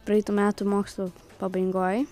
praeitų metų mokslų pabaigoj